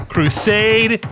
Crusade